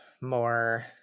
more